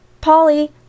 Polly